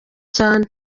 cyane